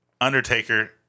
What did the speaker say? Undertaker